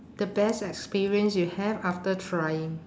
the best experience you have after trying